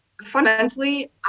fundamentally